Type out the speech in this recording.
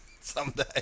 someday